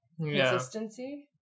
consistency